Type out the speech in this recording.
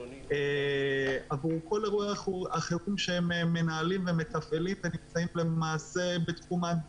עבור כל אירועי החירום שהם מנהלים ומתפעלים ונמצאים למעשה בתחומם.